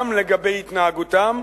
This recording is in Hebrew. גם לגבי התנהגותם.